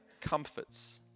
comforts